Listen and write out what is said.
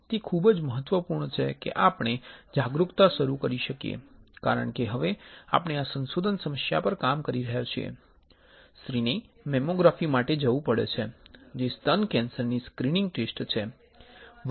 તે ખૂબ જ મહત્વપૂર્ણ છે કે આપણે જાગરૂકતા શરૂ કરીએ કારણ કે હવે આપણે આ સંશોધન સમસ્યા પર કામ કરી રહ્યા છીએ કે સ્ત્રીને મેમોગ્રાફી માટે જવું પડે છે જે સ્તન કેન્સરની સ્ક્રિનિંગ ટેસ્ટ છે